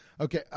Okay